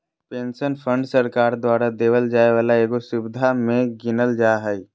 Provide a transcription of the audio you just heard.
pension fund सरकार द्वारा देवल जाय वाला एगो सुविधा मे गीनल जा हय